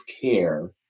care